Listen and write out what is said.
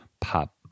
pop